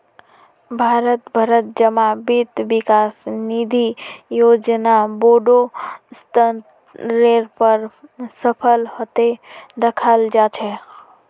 भारत भरत जमा वित्त विकास निधि योजना बोडो स्तरेर पर सफल हते दखाल जा छे